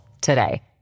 today